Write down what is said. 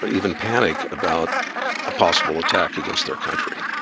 but even panic about a possible attack against their country.